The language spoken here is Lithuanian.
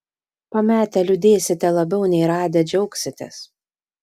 pametę liūdėsite labiau nei radę džiaugsitės